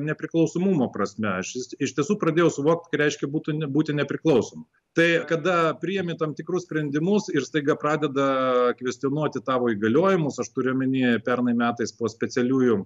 nepriklausomumo prasme aš iš tiesų pradėjau suvokt ką reiškia būtų būti nepriklausomu tai kada priėmi tam tikrus sprendimus ir staiga pradeda kvestionuoti tavo įgaliojimus aš turiu omenyje pernai metais po specialiųjų